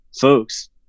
folks